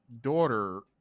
daughter